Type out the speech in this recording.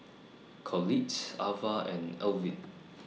Collette Avah and Elvin